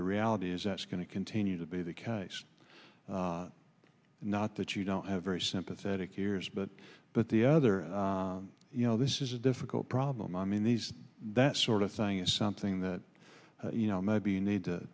the reality is that's going to continue to be the case not that you don't have very sympathetic ears but but the other you know this is a difficult problem i mean these that sort of thing is something that you know maybe you need to